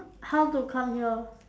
how to come here